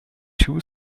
two